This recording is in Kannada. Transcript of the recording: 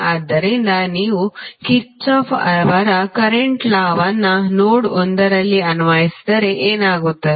ಆದ್ದರಿಂದ ನೀವು ಕಿರ್ಚಾಫ್ ಅವರ ಕರೆಂಟ್ ಲಾ ವನ್ನುKirchhoff's Current Law ನೋಡ್ 1 ನಲ್ಲಿ ಅನ್ವಯಿಸಿದರೆ ಏನಾಗುತ್ತದೆ